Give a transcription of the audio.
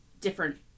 different